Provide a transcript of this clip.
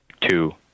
Two